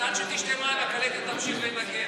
שתשתה מים, הקלטת תמשיך לנגן.